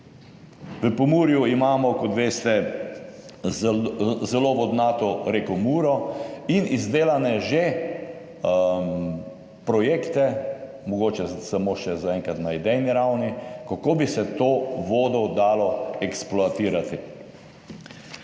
V Pomurju imamo, kot veste, zelo vodnato reko Muro in izdelane že projekte, mogoče samo še zaenkrat na idejni ravni, kako bi se to vodo dalo eksploatirati.